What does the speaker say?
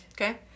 Okay